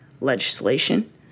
legislation